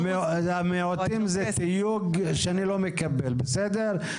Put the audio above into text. היהודים זה תיוג שאני לא מקבל, בסדר?